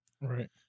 Right